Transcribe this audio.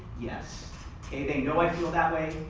yes. okay. they know i feel that way.